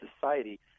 society